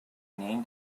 name